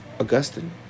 Augustine